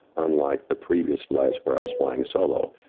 unlike the previous flights where i was flying solo,